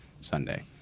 Sunday